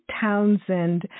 Townsend